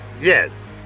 yes